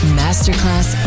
masterclass